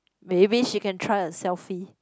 maybe she can try a selfie